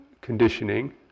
conditioning